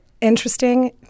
interesting